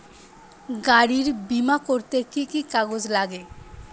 গাড়ীর বিমা করতে কি কি কাগজ লাগে?